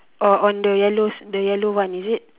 or on the yellows the yellow one is it